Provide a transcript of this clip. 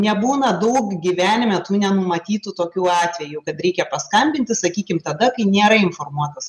nebūna daug gyvenime nenumatytų tokių atvejų kad reikia paskambinti sakykim tada kai nėra informuotas